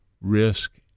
risk